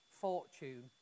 fortune